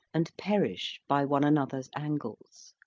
and perish by one another's angles.